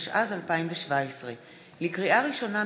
התשע"ז 2017. לקריאה ראשונה,